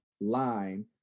line